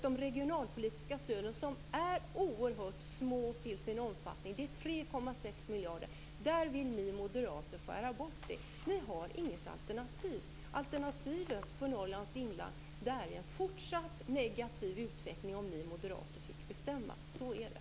De regionalpolitiska stöden är oerhört små till sin omfattning. Det är 3,6 miljarder. Ni moderater vill skära bort dem. Ni har inget alternativ. Alternativet för Norrlands inland, om ni moderater fick bestämma, är en fortsatt negativ utveckling. Så är det.